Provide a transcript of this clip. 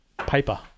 paper